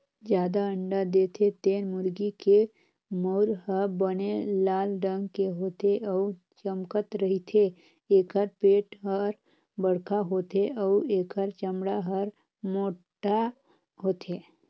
जादा अंडा देथे तेन मुरगी के मउर ह बने लाल रंग के होथे अउ चमकत रहिथे, एखर पेट हर बड़खा होथे अउ एखर चमड़ा हर मोटहा होथे